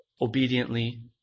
obediently